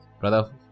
brother